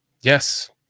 Yes